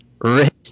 Rich